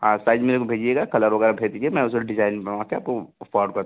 हाँ साइज मेरे को भेजिएगा कलर वगैरह भेज दीजिए मैं उसका डिजाइन बनवा के आपको फॉरवर्ड करता हूँ